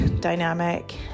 dynamic